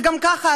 שגם כך,